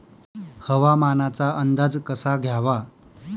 हवामानाचा अंदाज कसा घ्यावा?